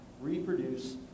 reproduce